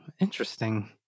Interesting